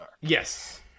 Yes